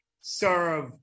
serve